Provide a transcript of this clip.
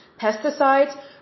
pesticides